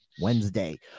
Wednesday